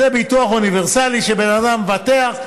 זה ביטוח אוניברסלי שבן אדם מבטח,